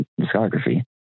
discography